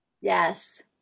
Yes